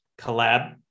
collab